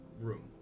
room